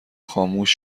خاموش